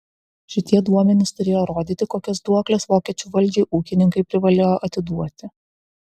šitie duomenys turėjo rodyti kokias duokles vokiečių valdžiai ūkininkai privalėjo atiduoti